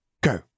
Go